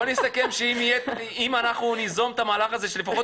בוא נסכם שאם אנחנו ניזום את המהלך הזה שלפחות